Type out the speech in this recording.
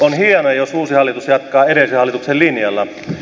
on hienoa jos uusi hallitus jatkaa edellisen hallituksen linjalla